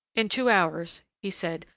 in two hours, he said,